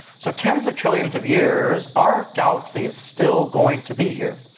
so tens of trillions of years, are galaxies still going to be here?